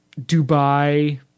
dubai